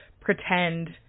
pretend